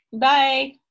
Bye